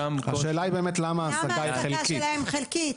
קושי --- השאלה היא באמת למה ההעסקה שלהם חלקית.